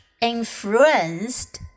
influenced